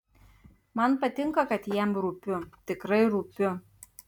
man patinka kad jam rūpiu tikrai rūpiu